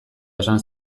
esan